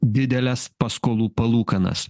dideles paskolų palūkanas